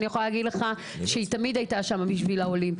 יכולה להגיד לך שהיא תמיד הייתה שם בשביל העולים,